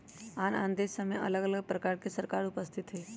आन आन देशमें अलग अलग प्रकार के सरकार उपस्थित हइ